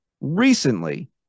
recently